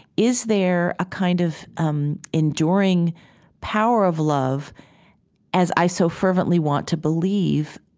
is there a kind of um enduring power of love as i so fervently want to believe,